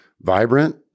vibrant